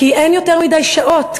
כי אין יותר מדי שעות,